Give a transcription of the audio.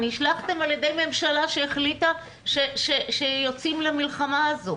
נשלחתם על ידי ממשלה שהחליטה שיוצאים למלחמה הזאת.